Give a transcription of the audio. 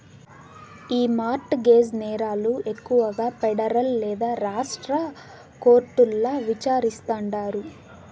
ఈ mortgage నేరాలు ఎక్కువగా పెడరల్ లేదా రాష్ట్ర కోర్టుల్ల విచారిస్తాండారు